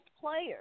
players